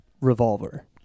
Revolver